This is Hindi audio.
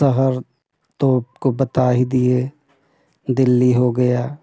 शहर तो आपको बता ही दिए दिल्ली हो गया